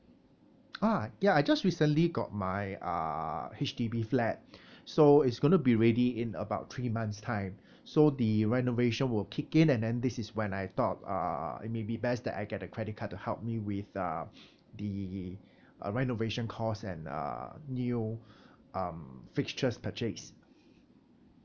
ah ya I just recently got my uh H_D_B flat so it's gonna be ready in about three months time so the renovation will kick in and then this is when I thought uh it maybe best that I get a credit card to help me with um the uh renovation cost and uh new um fixtures purchase